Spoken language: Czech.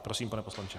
Prosím, pane poslanče.